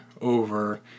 over